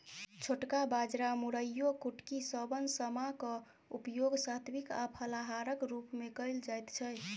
छोटका बाजरा मोराइयो कुटकी शवन समा क उपयोग सात्विक आ फलाहारक रूप मे कैल जाइत छै